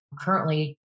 Currently